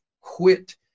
quit